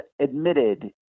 admitted